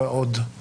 ועוד?